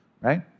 Right